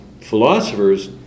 philosophers